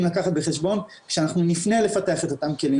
לקחת בחשבון כשאנחנו נפנה לפתח את אותם כלים.